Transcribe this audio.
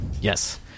Yes